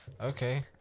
Okay